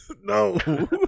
No